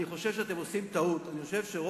אני חושב שאתם עושים טעות.